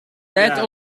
leidt